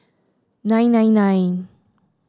nine nine nine